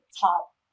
top